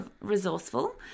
resourceful